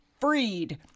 Freed